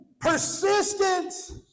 persistence